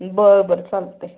बरं बरं चालतं आहे